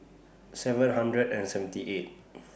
seven hundred and seventy eight